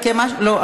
לא.